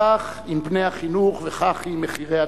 כך עם פני החינוך וכך עם מחירי הצריכה.